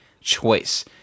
choice